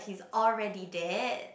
he's already there